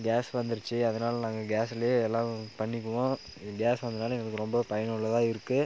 case வந்துடுச்சி அதனால் நாங்கள் கேஸ்சிலே எல்லாம் பண்ணிக்குவோம் கேஸ் வந்ததுனால் எங்களுக்கு ரொம்ப பயனுள்ளதாக இருக்குது